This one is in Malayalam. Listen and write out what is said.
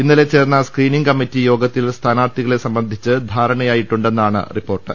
ഇന്നലെ ചേർന്ന സ്ക്രീനിംഗ് കമ്മിറ്റി യോഗത്തിൽ സ്ഥാനാർത്ഥി കളെ സംബന്ധിച്ച് ധാരണയായിട്ടുണ്ടെന്നാണ് റിപ്പോർട്ട്